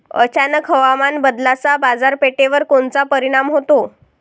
अचानक हवामान बदलाचा बाजारपेठेवर कोनचा परिणाम होतो?